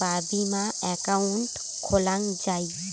বা বীমা একাউন্ট খোলাং যাই